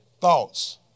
Thoughts